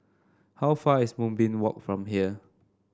how far is Moonbeam Walk from here